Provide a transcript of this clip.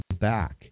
back